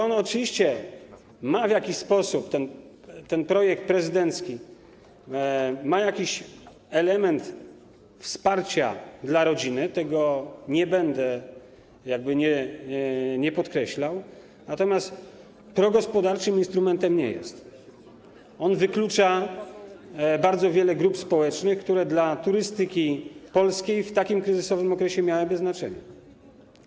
Oczywiście w jakiś sposób ten projekt prezydencki zawiera pewien element wsparcia dla rodziny, tego nie będę jakby nie podkreślał, natomiast progospodarczym instrumentem nie jest i wyklucza bardzo wiele grup społecznych, które dla turystyki polskiej w takim kryzysowym okresie miałyby znaczenie.